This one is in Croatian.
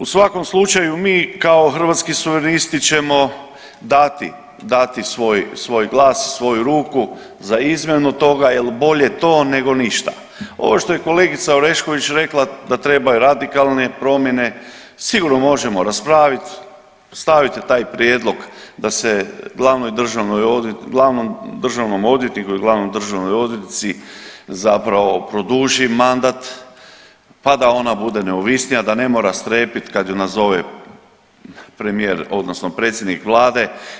U svakom slučaju mi kao Hrvatski suverenisti ćemo dati svoj glas, svoju ruku za izmjenu toga jel bolje to nego ništa. ovo što je kolegica Orešković rekla da trebaju radikalne promjene sigurno možemo raspravit, stavite taj prijedlog da se glavnoj državnoj, glavnom državnom odvjetniku ili glavnoj državnoj odvjetnici zapravo produži mandat pa da ona bude neovisnija, da ne mora strepit kad ju nazove premijer odnosno predsjednik vlade.